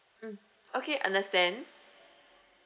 mm okay understand